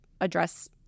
address